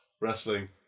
wrestling